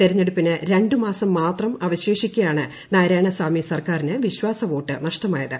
തെരഞ്ഞെടുപ്പിന് രണ്ട് മാസം മാത്രം അവശേഷിക്കെയാണ് നാരായണ സാമി സർക്കാരിന് വിശ്വാസവോട്ട് നഷ്ടമായത്